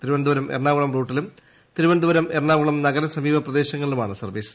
തിരുവനന്തപുരം എറണാകുളം റൂട്ടിലും തിരുവനന്തപുരം എറണാകുളം നഗരസമീപ പ്രദേശങ്ങളിലുമാണ് സർവ്വീസ്